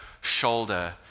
shoulder